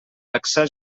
taxar